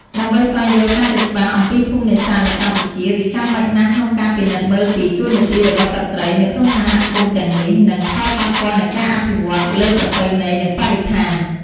ដើម្បីស្វែងយល់កាន់តែច្បាស់អំពីភូមិនេសាទនៅកម្ពុជា វាចាំបាច់ណាស់ក្នុងការពិនិត្យមើលពី តួនាទីរបស់ស្ត្រី នៅក្នុងសហគមន៍ទាំងនេះ និង ផលប៉ះពាល់នៃការអភិវឌ្ឍន៍ លើប្រពៃណី និងបរិស្ថាន។